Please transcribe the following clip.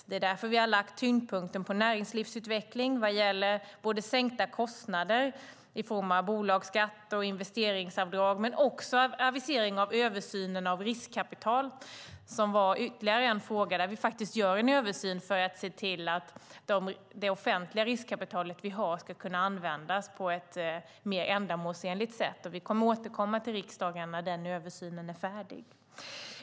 Det är därför som vi har lagt tyngdpunkten på näringslivsutveckling vad gäller både sänkta kostnader i fråga om bolagsskatt och investeringsavdrag men också en avisering av översynen av riskkapital, som är ytterligare en fråga där vi faktiskt gör en översyn för att se till att det offentliga riskkapital som vi har ska kunna användas på ett mer ändamålsenligt sätt. Vi kommer att återkomma till riksdagen när denna översyn är färdig.